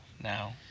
now